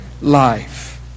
life